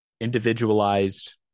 individualized